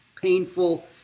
painful